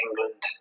England